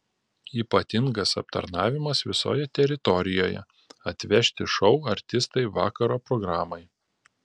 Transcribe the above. ypatingas aptarnavimas visoje teritorijoje atvežti šou artistai vakaro programai